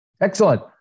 excellent